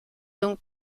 donc